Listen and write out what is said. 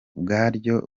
bwaryo